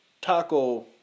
taco